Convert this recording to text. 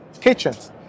kitchens